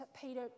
Peter